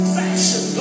fashion